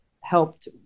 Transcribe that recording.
helped